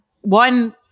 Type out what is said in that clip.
one